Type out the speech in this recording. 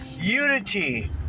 Unity